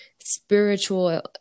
spiritual